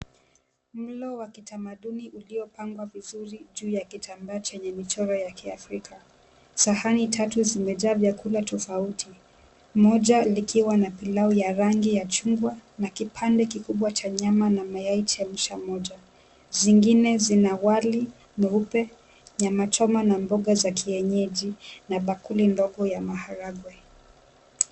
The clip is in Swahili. Mlo wa kitamaduni uliopangwa vizuri juu ya kitamba chenye michoro ya kiafrika. Sahani tatu zimejaa vyakula tofauti; moja ikiwa na pilau ya rangi ya chungwa na kipande kikubwa cha nyama na yai chemsha moja. Zingine zina wali mweupe, nyama choma na mboga za kienyeji na bakuli ndogo ya maharagwe.